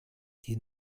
die